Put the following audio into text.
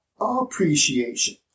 appreciation